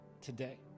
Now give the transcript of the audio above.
today